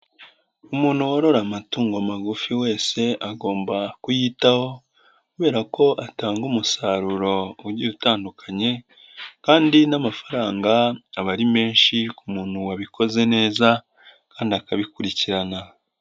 Umuntu worora amatungo magufi wese, agomba kuyitaho, kubera ko atanga umusaruro ugiye utandukanye, kandi n'amafaranga aba ari menshi ku muntu wabikoze neza, kandi akabikurikirana.